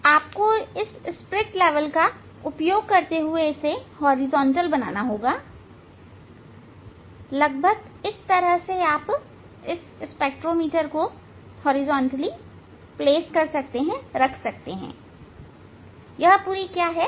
आपको इस spirit level का उपयोग करते हुए हॉरिजॉन्टल बनाना होगा लगभग इस तरह से आप स्पेक्ट्रोमीटर को हॉरिजॉन्टल रख सकते हैं